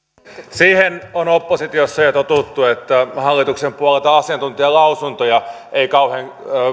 siihen on oppositiossa jo totuttu että hallituksen puolelta asiantuntijalausuntoja ei kauhean